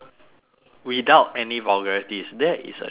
without any vulgarities that is a challenge